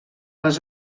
les